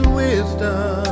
wisdom